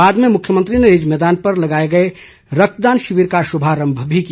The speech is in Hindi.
बाद में मुख्यमंत्री ने रिज मैदान पर लगाए गए रक्तदान शिवर का शुभारंभ भी किया